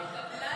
אדמירל.